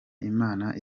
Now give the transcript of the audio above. imana